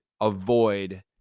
avoid